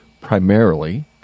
primarily